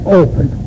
open